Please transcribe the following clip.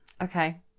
Okay